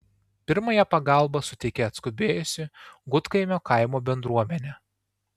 pirmąją pagalbą suteikė atskubėjusi gudkaimio kaimo bendruomenė